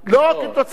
לא בגלל פריצת,